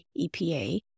EPA